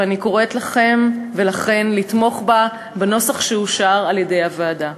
ואני קוראת לכם ולכן לתמוך בה בנוסח שאושר על-ידי הוועדה.